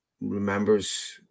remembers